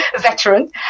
veteran